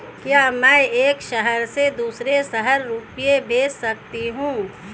क्या मैं एक शहर से दूसरे शहर रुपये भेज सकती हूँ?